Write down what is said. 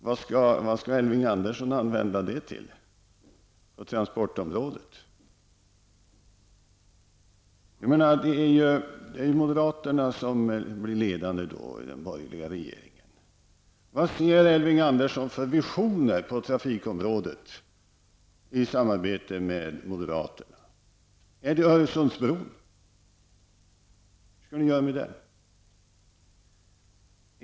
Vad skall Elving Andersson använda det till på transportområdet? Det blir ju moderaterna som blir ledande i den borgerliga regeringen. Vad har Elving Andersson för visioner på trafikområdet i samarbete med moderaterna? Är det Öresundsbron? Hur skall ni göra med den?